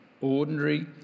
ordinary